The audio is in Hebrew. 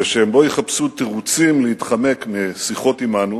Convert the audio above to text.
ושהם לא יחפשו תירוצים להתחמק משיחות עמנו